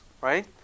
right